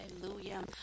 Hallelujah